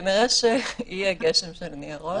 כנראה יהיה גשם של ניירות.